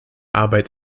arbeit